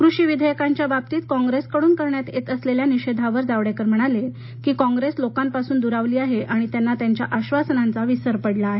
कृषी विधेयकांच्या बाबतीत कॉंग्रेसकडून करण्यात येत असलेल्या निषेधावर जावडेकर म्हणाले की कॉंग्रेस लोकांपासून दुरावली आहे आणि त्यांना त्यांच्या आश्वासनांचा विसर पडला आहे